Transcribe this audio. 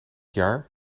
jaar